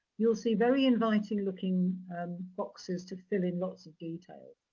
you'll see very inviting looking boxes to fill in lots of details.